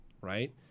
right